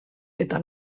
eta